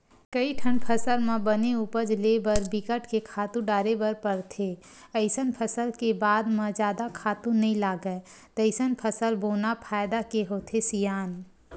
कइठन फसल म बने उपज ले बर बिकट के खातू डारे बर परथे अइसन फसल के बाद म जादा खातू नइ लागय तइसन फसल बोना फायदा के होथे सियान